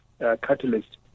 catalyst